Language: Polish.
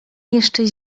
jeszcze